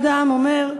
אחד העם אומר: